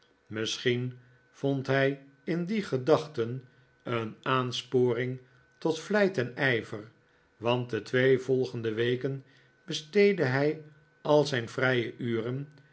misschien vond hij in die gedachten een aansporing tot vlijt en ijver want de twee volgende weken besteedde hij al zijn vrije uren